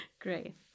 Great